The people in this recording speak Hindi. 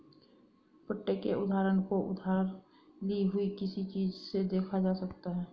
पट्टे के उदाहरण को उधार ली हुई किसी चीज़ से देखा जा सकता है